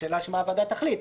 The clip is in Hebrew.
השאלה היא מה הוועדה תחליט.